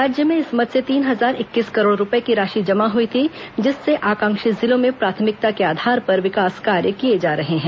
राज्य में इस मद से तीन हजार इक्कीस करोड़ रूपए की राशि जमा हुई थी जिससे आकांक्षी जिलों में प्राथमिकता के आधार पर विकास कार्य किए जा रहे हैं